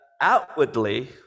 outwardly